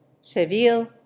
Seville